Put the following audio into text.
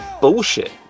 bullshit